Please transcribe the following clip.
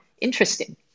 interesting